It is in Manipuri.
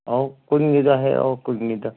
ꯑꯧ ꯀꯨꯟꯒꯤꯗꯣ ꯍꯩꯔꯛꯑꯣ ꯀꯨꯟꯒꯤꯗꯣ